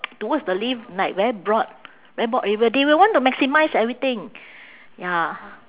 towards the lift like very broad very broad area they will want to maximise everything ya